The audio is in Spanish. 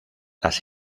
las